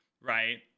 Right